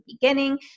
beginning